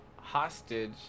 hostage